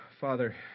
Father